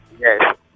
Yes